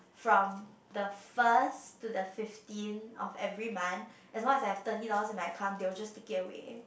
from the first to the fifteen of every month as long as have thirty dollars in my account they will just take it away